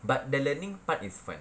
but the learning part is fun